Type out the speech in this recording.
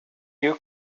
you